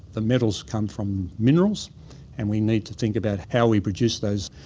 the metals come from minerals and we need to think about how we produce those.